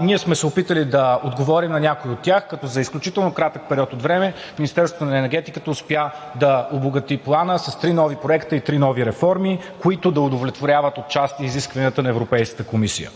Ние сме се опитали да отговорим на някои от тях, като за изключително кратък период от време Министерството на енергетиката успя да обогати Плана с три нови проекта и три нови реформи, които да удовлетворяват отчасти изискванията на Европейската комисия.